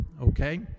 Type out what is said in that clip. okay